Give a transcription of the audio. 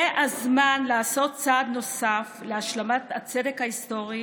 זה הזמן לעשות צעד נוסף להשלמת הצדק ההיסטורי